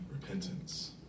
repentance